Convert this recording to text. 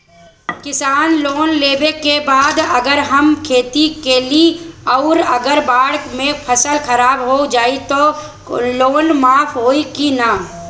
किसान लोन लेबे के बाद अगर हम खेती कैलि अउर अगर बाढ़ मे फसल खराब हो जाई त लोन माफ होई कि न?